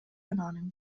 anònim